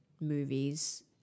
movies